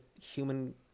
human